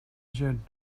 gent